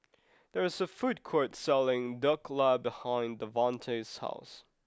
there is a food court selling Dhokla behind Davante's house